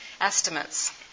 estimates